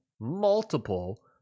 multiple